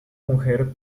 mujer